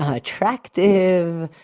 ah attractive.